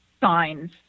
signs